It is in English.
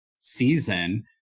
season